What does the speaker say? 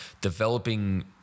developing